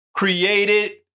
created